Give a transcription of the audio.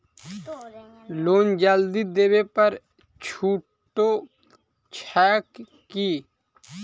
Loan जल्दी देबै पर छुटो छैक की?